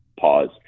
Pause